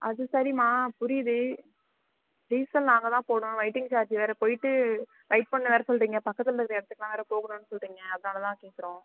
அது சரியம்மா புரியுது டீசல் நாங்கள் தான் போடணும் வெயிட்டிங் சார்ஜ் வேறு போயிட்டு வெயிட் பண்ண வேறு சொல்கிறீங்க பக்கத்தில் இருக்கிற இடத்துக்குலாம் வேறு போகணும்னு சொல்கிறீங்க அதனால தான் கேட்குறோம்